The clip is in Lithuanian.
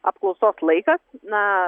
apklausos laikas na